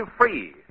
free